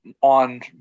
on